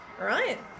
right